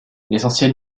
l’essentiel